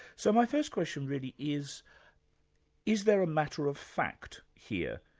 so my first question really is is there a matter of fact here,